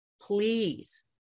please